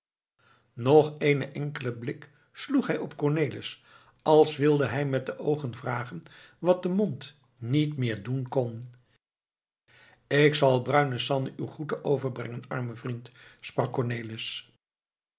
nog eenen enkelen blik sloeg hij op cornelis als wilde hij met de oogen vragen wat de mond niet meer doen kon ik zal bruine sanne uw groeten overbrengen arme vriend sprak cornelis